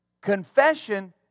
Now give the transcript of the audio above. Confession